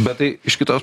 bet tai iš kitos